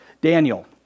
Daniel